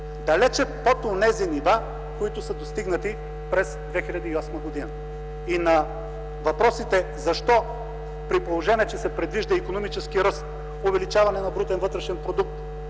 Далече под онези нива, които са достигнати през 2008 г.! И на въпросите: защо, при положение че се предвижда икономически ръст, увеличаване на брутния вътрешен продукт,